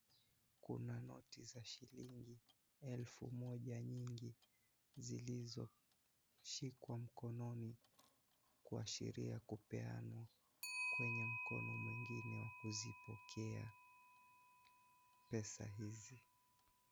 Kuna noti ya shilingi elfu moja mingi zilizoshikwa mkononi kuashiria kupeanwa kwenye mkono mwingine kuzipokea pesa hizo.